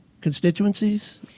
constituencies